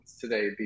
today